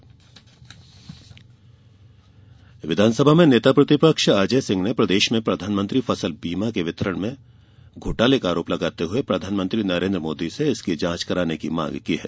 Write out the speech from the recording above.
अजय आरोप विधानसभा में नेता प्रतिपक्ष अजय सिंह ने प्रदेश में प्रधानमंत्री फसल बीमा के वितरण में घोटाले का आरोप लगाते हुए प्रधानमंत्री नरेंद्र मोदी से इसकी जांच कराने की मांग की है